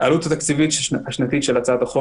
העלות התקציבית השנתית של הצעת החוק